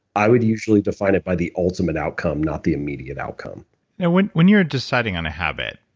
i would usually define it by the ultimate outcome, not the immediate outcome and when when you're deciding on a habit,